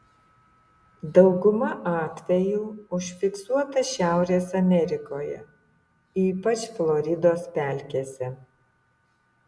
dauguma atvejų užfiksuota šiaurės amerikoje ypač floridos pelkėse